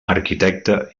arquitecte